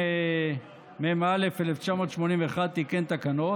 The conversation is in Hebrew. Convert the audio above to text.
התשמ"א 1981, שר הדתות תיקן תקנות.